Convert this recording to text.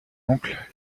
oncle